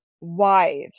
wives